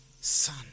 son